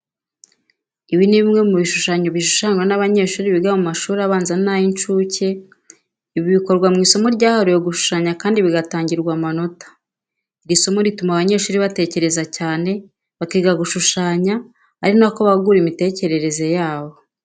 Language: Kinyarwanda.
Ibi ni bimwe mu bishushanye bishushanywa n'abanyeshuri biga mu mashuri abanza n'ay'incuke. Ibi bikorwa mu isomo ryahariwe gushushanya kandi bigatangirwa amanota. Iri somo rituma abana batekereza cyane, bakiga gishushanya ari na ko bagura imitekerereze yabo.